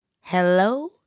hello